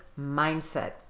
mindset